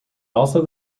also